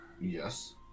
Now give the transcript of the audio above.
Yes